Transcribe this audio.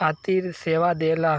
खातिर सेवा देला